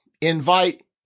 invite